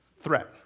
threat